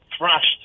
thrashed